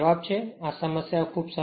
તેથી આ સમસ્યાઓ ખૂબ જ સરળ છે